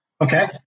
okay